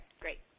great